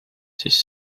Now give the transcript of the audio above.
siis